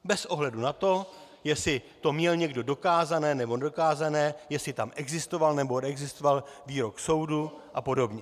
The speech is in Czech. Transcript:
Bez ohledu na to, jestli to měl někdo dokázané, nebo nedokázané, jestli tam existoval, nebo neexistoval výrok soudu apod.